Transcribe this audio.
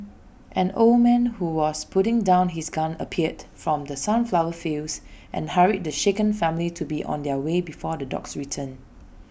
an old man who was putting down his gun appeared from the sunflower fields and hurried the shaken family to be on their way before the dogs return